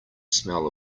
smell